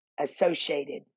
associated